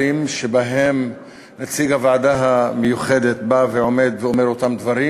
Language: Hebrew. שבהם נציג הוועדה המיוחדת בא ועומד ואומר אותם דברים,